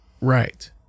Right